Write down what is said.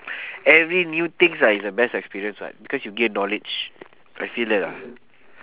every new things ah is a best experience [what] because you gain knowledge I feel that lah